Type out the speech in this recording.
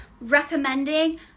recommending